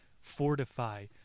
fortify